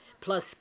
plus